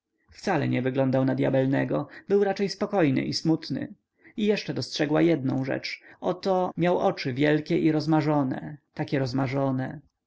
wcale nie wyglądał na dyabelnego był raczej spokojny i smutny i jeszcze dostrzegła jednę rzecz oto miał oczy wielkie i rozmarzone takie